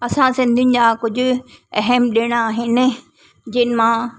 असां सिंधियुनि जा कुझु अहम ॾिण आहिनि जिन मां